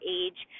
age